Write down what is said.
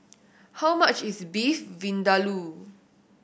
how much is Beef Vindaloo